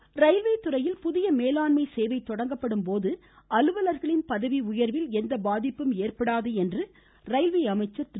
Piyush Goyal railway துறையில் புதிய மேலாண்மை சேவை தொடங்கும்போது அலுவலர்களின் பதவி உயர்வில் எந்த பாதிப்பும் ஏற்படாது என்று மத்திய ரயில்வே அமைச்சர் திரு